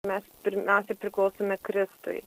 mes pirmiausia priklausome kristui